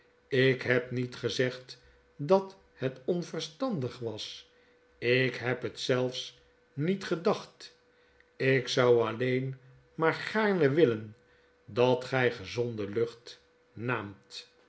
ik heb niet gezegd dat het onverstandig was ik heb het zelfs niet gedacht ik zou alleen maar gaarne willen dat gy gezonde lucht naamt